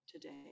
today